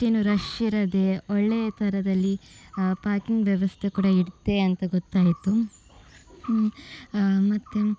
ಅಷ್ಟೇನೂ ರಶ್ ಇರದೆ ಒಳ್ಳೆಯ ಥರದಲ್ಲಿ ಪಾಕಿಂಗ್ ವ್ಯವಸ್ಥೆ ಕೂಡ ಇರ್ತೆ ಅಂತ ಗೊತ್ತಾಯಿತು ಮತ್ತು